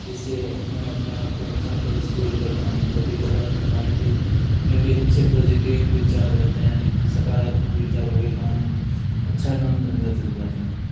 जैसे मैं अपने आप को अच्छा फ्रेश फील करता हूँ कभी कभार माइंड में भी अच्छे पॉजिटिव विचार रहते हैं सकारात्मक विचारों के कारण अच्छा काम धंधा चल जाता है